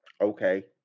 Okay